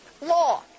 Law